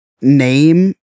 name